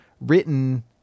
written